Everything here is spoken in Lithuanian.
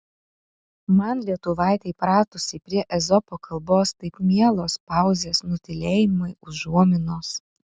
man lietuvaitei pratusiai prie ezopo kalbos taip mielos pauzės nutylėjimai užuominos